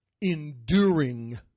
enduring